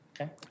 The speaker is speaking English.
Okay